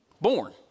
born